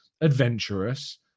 adventurous